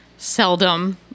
Seldom